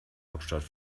hauptstadt